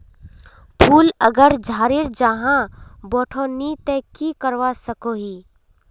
फूल अगर झरे जहा बोठो नी ते की करवा सकोहो ही?